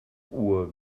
uhr